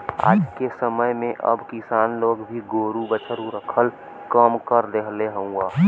आजके समय में अब किसान लोग भी गोरु बछरू रखल कम कर देहले हउव